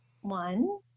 One